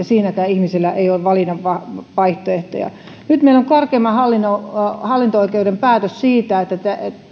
siinä näillä ihmisillä ole valinnanvaihtoehtoja nyt meillä on korkeimman hallinto oikeuden päätös siitä että